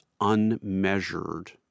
unmeasured